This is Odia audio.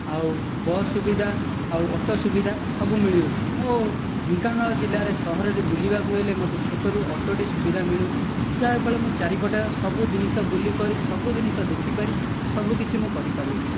ଆଉ ବସ୍ ସୁବିଧା ଆଉ ଅଟୋ ସୁବିଧା ସବୁ ମିଳିଅଛି ଆଉ ମୋ ଢେଙ୍କାନାଳ ଜିଲ୍ଲା ସହରରେ ମୋତେ ବୁଲିବାକୁ ହେଲେ ଛୋଟ ଅଟୋଟେ ସୁବିଧା ମିଳୁଛି ଯାହା ଫଳରେ ମୁଁ ଚାରି ପଟରେ ଜିନିଷ ବୁଲିକରି ସବୁ ଜିନିଷ ଦେଖିପାରି ସବୁ କିଛି ମୁଁ କରିପାରୁଅଛି